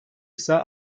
ise